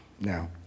now